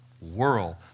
world